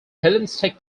hellenistic